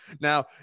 Now